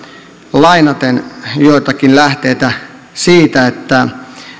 lainaten joitakin lähteitä että